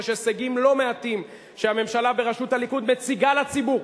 יש הישגים לא מעטים שהממשלה בראשות הליכוד מציגה לציבור.